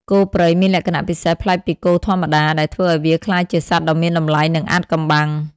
គោព្រៃមានលក្ខណៈពិសេសប្លែកពីគោធម្មតា ដែលធ្វើឱ្យវាក្លាយជាសត្វដ៏មានតម្លៃ និងអាថ៌កំបាំង។